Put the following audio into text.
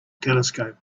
telescope